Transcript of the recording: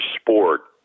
sport